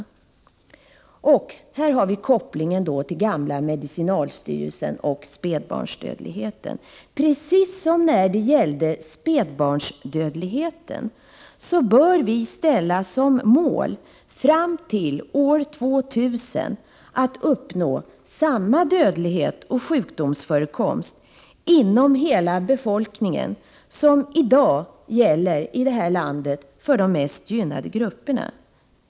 Här kan man göra en koppling till gamla medicinalstyrelsen och spädbarnsdödligheten: Precis som när det gällde spädbarnsdödligheten bör vi ställa som mål fram till år 2000 att komma ned till samma dödlighet och sjukdomsförekomst inom hela befolkningen som i dag gäller i det här landet för de mest gynnade grupperna.